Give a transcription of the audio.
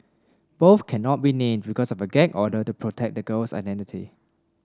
both cannot be named because of a gag order to protect the girl's identity